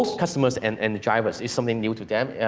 customers and and the drivers, is something new to them.